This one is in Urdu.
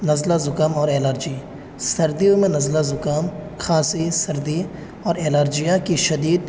نزلہ زکام اور ایلرجی سردیوں میں نزلہ زکام کھانسی سردی اور ایلرجیاں کی شدید